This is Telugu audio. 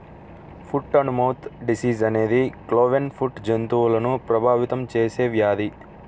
ఫుట్ అండ్ మౌత్ డిసీజ్ అనేది క్లోవెన్ ఫుట్ జంతువులను ప్రభావితం చేసే వ్యాధి